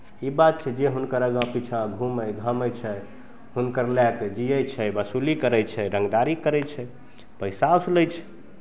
ई बात छै जे हुनकर आगाँ पीछाँ घुमै घामै छै हुनकर लए कऽ जीयै छै वसूली करै छै रङ्गदारी करै छै पैसा उसलै छै